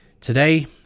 Today